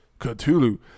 Cthulhu